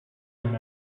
him